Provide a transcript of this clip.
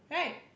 right